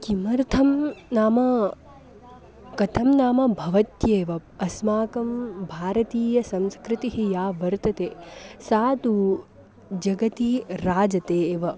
किमर्थं नाम कथं नाम भवत्येव अस्माकं भारतीयसंस्कृतिः या वर्तते सा तु जगति राजते एव